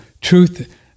truth